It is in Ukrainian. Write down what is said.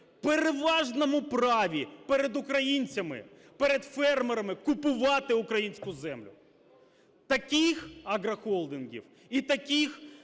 переважному праві перед українцями, перед фермерами купувати українську землю. Таких агрохолдингів і таких